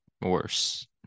worse